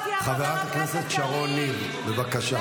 חברת הכנסת שרון ניר, בבקשה.